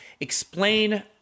Explain